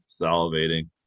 salivating